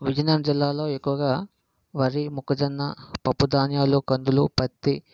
విజయనగర జిల్లాలో ఎక్కువగా వరి మొక్కజొన్న పప్పు ధాన్యాలు కందులు పత్తి